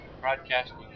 broadcasting